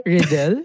Riddle